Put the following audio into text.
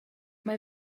mae